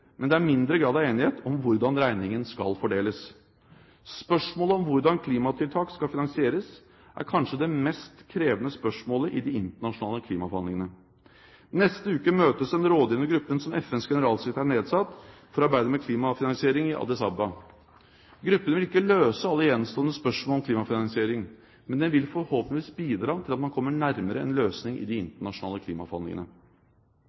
men det er mindre grad av enighet om hvordan regningen skal fordeles. Spørsmålet om hvordan klimatiltak skal finansieres er kanskje det mest krevende spørsmålet i de internasjonale klimaforhandlingene. Neste uke møtes den rådgivende gruppen som FNs generalsekretær har nedsatt for å arbeide med klimafinansiering, i Addis Abeba. Gruppen vil ikke løse alle gjenstående spørsmål om klimafinansiering, men den vil forhåpentligvis bidra til at man kommer nærmere en løsning i de